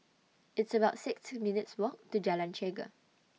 It's about six minutes' Walk to Jalan Chegar